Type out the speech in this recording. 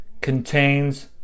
contains